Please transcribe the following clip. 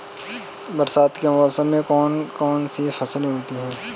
बरसात के मौसम में कौन कौन सी फसलें होती हैं?